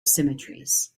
symmetries